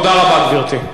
תודה רבה, גברתי.